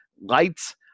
lights